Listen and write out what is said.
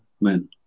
men